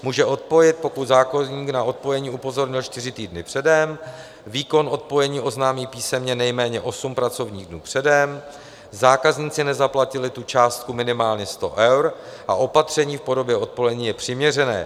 Může odpojit, pokud zákazníka na odpojení upozornil čtyři týdny předem, výkon odpojení oznámí písemně nejméně osm pracovních dnů předem, zákazníci nezaplatili tu částku minimálně 100 eur a opatření v podobě odpojení je přiměřené.